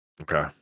Okay